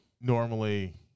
normally